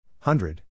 Hundred